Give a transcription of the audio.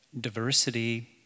diversity